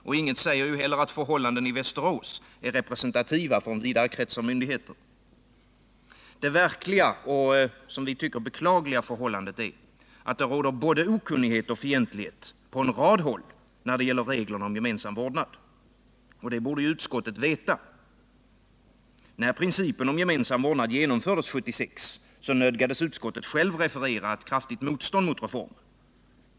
Och inget säger heller att förhållandena i Västerås är representativa för en vidare krets av myndigheter. Det verkliga, och som vi tycker, beklagliga förhållandet är att det råder både okunnighet och fientlighet på en rad håll när det gäller reglerna om gemensam vårdnad. Det borde utskottet veta. När principen om gemensam vårdnad genomfördes 1976 nödgades utskottet självt referera ett kraftigt motstånd mot reformen.